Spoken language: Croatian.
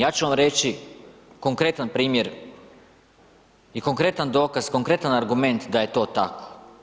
Ja ću vam reći konkretan primjer i konkretan dokaz, konkretan argument da je to tako.